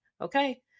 Okay